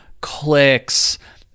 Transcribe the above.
clicks